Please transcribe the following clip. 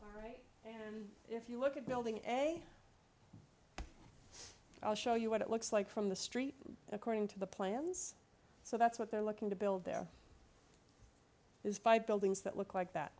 so if you look at building a i'll show you what it looks like from the street according to the plans so that's what they're looking to build there is five buildings that look like that